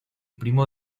primo